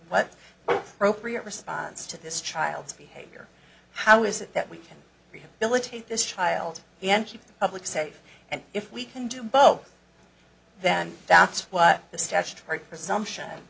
what response to this child's behavior how is it that we can rehabilitate this child and keep public safe and if we can do both then doubts what the statutory presumption